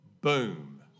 Boom